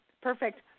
Perfect